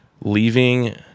leaving